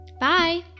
Bye